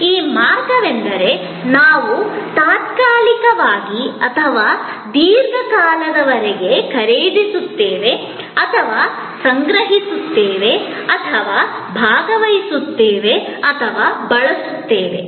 ಈ ಮಾರ್ಗವೆಂದರೆ ನಾವು ತಾತ್ಕಾಲಿಕವಾಗಿ ಅಥವಾ ದೀರ್ಘಕಾಲದವರೆಗೆ ಖರೀದಿಸುತ್ತೇವೆ ಅಥವಾ ಸಂಗ್ರಹಿಸುತ್ತೇವೆ ಅಥವಾ ಭಾಗವಹಿಸುತ್ತೇವೆ ಅಥವಾ ಬಳಸುತ್ತೇವೆ